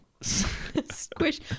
squish